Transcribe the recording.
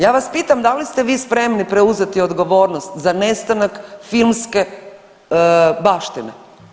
Ja vas pitam da li ste vi spremni preuzeti odgovornost za nestanak filmske baštine?